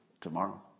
tomorrow